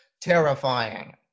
terrifying